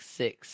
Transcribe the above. six